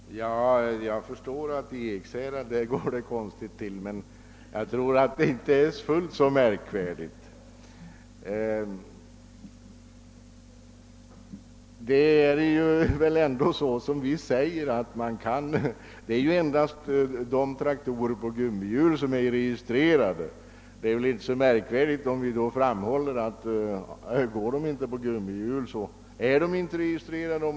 Herr talman! Jag förstår att det går konstigt till i Ekshärad, men jag tror inte att det hela är så märkvärdigt. Det är endast traktorer på gummihjul som är registrerade, och det är väl inte så underligt att vi framhåller att om de inte går på gummihjul är de inte registrerade.